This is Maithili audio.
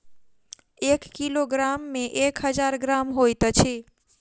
एक किलोग्राम मे एक हजार ग्राम होइत अछि